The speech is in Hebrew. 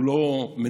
הוא לא מנותק.